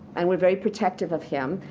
and were very protective of him.